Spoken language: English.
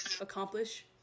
accomplish